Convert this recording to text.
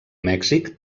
mèxic